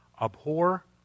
abhor